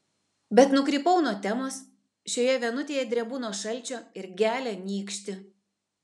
bet nukrypau nuo temos šioje vienutėje drebu nuo šalčio ir gelia nykštį